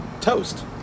toast